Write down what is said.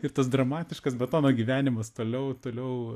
ir tas dramatiškas betono gyvenimas toliau toliau